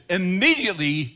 immediately